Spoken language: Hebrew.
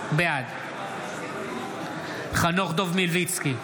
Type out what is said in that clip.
בעד חנוך דב מלביצקי,